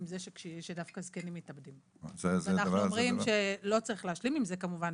עם זה שדווקא זקנים מתאבדים ואנחנו אומרים שלא צריך להשלים עם זה כמובן,